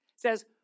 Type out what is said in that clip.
says